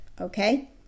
okay